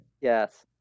Yes